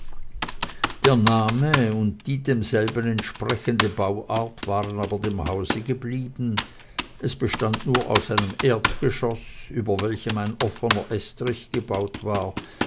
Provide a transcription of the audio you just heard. der name und die demselben entsprechende bauart waren aber dem hause geblieben es bestand nur aus einem erdgeschoß über welchem ein offener estrich gebaut war